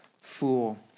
fool